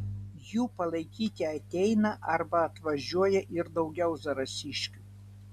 jų palaikyti ateina arba atvažiuoja ir daugiau zarasiškių